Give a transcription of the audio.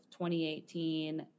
2018